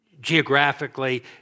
Geographically